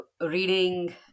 reading